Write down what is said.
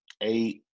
eight